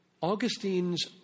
Augustine's